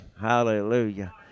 Hallelujah